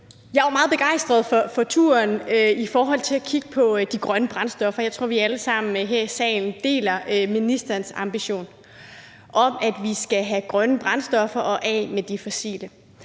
Jeg var meget begejstret for turen i forhold til at kigge på de grønne brændstoffer. Jeg tror, vi alle sammen her i salen deler ministerens ambition om, at vi skal have grønne brændstoffer og af med de fossile.